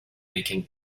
making